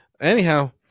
Anyhow